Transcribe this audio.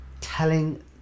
telling